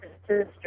sister